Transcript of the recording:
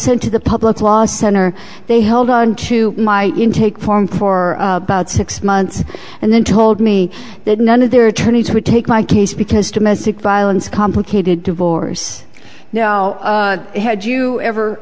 sent to the public law center they held onto my intake form for about six months and then told me that none of their attorneys would take my case because domestic violence complicated divorce had you ever